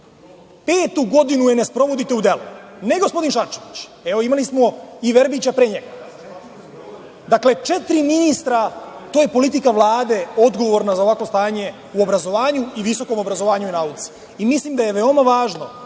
Petu godinu je ne sprovodite u delo, ne gospodin Šarčević, evo, imali smo i Verbića pre njega, dakle, četiri ministra. To je politika Vlade odgovorna za ovakvo stanje u obrazovanju i visokom obrazovanju i nauci. Mislim da je veoma važno